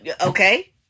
Okay